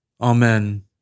Amen